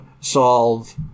solve